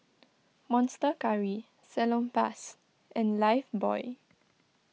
Monster Curry Salonpas and Lifebuoy